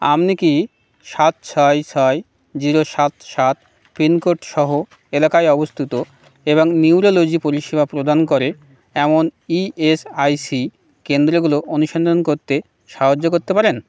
আপনি কি সাত ছয় ছয় জিরো সাত সাত পিন কোড সহ এলাকায় অবস্থিত এবং নিউরোলজি পরিষেবা প্রদান করে এমন ই এস আই সি কেন্দ্রগুলো অনুসন্ধান করতে সাহায্য করতে পারেন